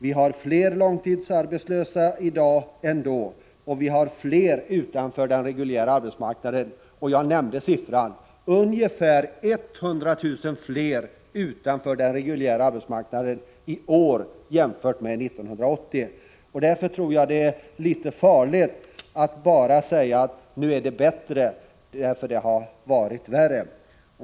Vi har fler långtidsarbetslösa i dag än då, och vi har fler utanför den reguljära arbetsmarknaden. Jag nämnde att det är ungefär 100 000 fler utanför den reguljära arbetsmarknaden i år än 1980. Det är alltså litet farligt att bara säga att läget nu är bättre, eftersom det tidigare har varit värre.